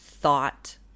thought